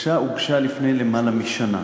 הבקשה הוגשה לפני למעלה משנה.